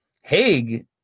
Haig